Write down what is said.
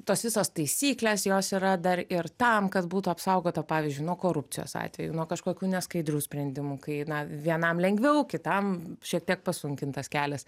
tos visos taisyklės jos yra dar ir tam kad būtų apsaugota pavyzdžiui nuo korupcijos atvejų nuo kažkokių neskaidrių sprendimų kai na vienam lengviau kitam šiek tiek pasunkintas kelias